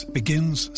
begins